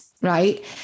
right